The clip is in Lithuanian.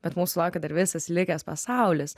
bet mūsų laukia dar visas likęs pasaulis